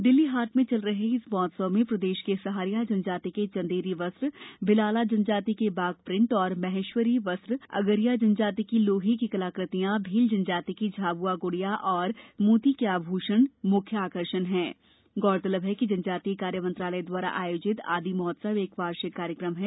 दिल्ली हाट में चल रहे इस महोत्सव में प्रदेश के सहरिया जनजाति के चन्देरी वस्त्र भिलाला जनजाति के बाघ प्रिंट और महेश्वरी वस्त्र अगरिया जनजाति की लोहे की कलाकृतियां भील जनजाति की झाब्आ ग्ड़िया और मोती के आभूषण म्ख्य आकर्षण हैं गौरतलब है कि जनजातीय कार्य मंत्रालय द्वारा आयोजित आदि महोत्सव एक वार्षिक कार्यक्रम है